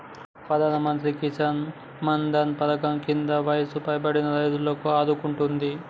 ప్రధానమంత్రి కిసాన్ మాన్ ధన్ పధకం కింద వయసు పైబడిన రైతులను ఆదుకుంటుంది